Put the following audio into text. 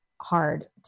hard